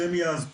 שהם יעזרו.